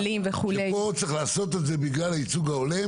שפה צריך לעשות את זה בגלל הייצוג ההולם